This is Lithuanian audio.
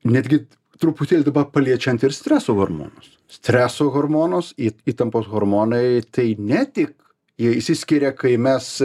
netgi truputėlį dabar paliečiant ir streso hormonus streso hormonus yt įtampos hormonai tai ne tik jie išsiskiria kai mes